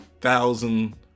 Thousand